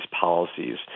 policies